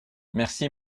merci